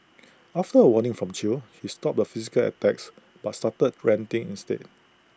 after A warning from chew he stopped the physical attacks but started ranting instead